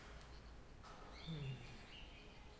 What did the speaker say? hmm